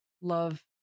love